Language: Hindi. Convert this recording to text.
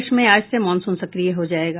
प्रदेश मे आज से मॉनसून सक्रिय हो जायेगा